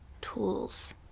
tools